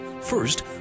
First